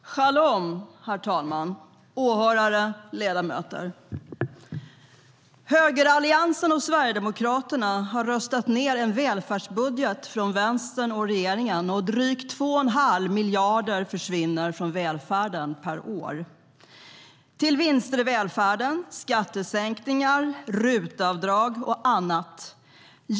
Shalom, herr talman! Åhörare och ledamöter! Högeralliansen och Sverigedemokraterna har röstat ned en välfärdsbudget från Vänstern och regeringen. Drygt 2 1⁄2 miljarder försvinner från välfärden per år till vinster i välfärden, skattesänkningar, RUT-avdrag och annat.